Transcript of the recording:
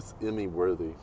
Emmy-worthy